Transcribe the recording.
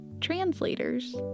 translators